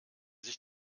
sich